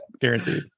guaranteed